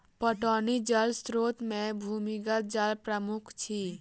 पटौनी जल स्रोत मे भूमिगत जल प्रमुख अछि